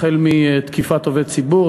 החל בתקיפת עובד ציבור,